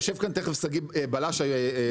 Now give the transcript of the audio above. יושב כאן שגיא בלשה,